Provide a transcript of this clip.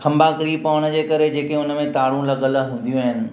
खंबा किरी पवण जे करे जेके हुनमें तारू लॻलि हूंदियूं आहिनि